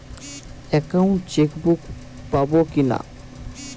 Account chequebook পাবো কি না?